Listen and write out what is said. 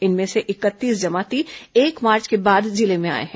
इनमें से इकतीस जमाती एक मार्च के बाद जिले में आए हैं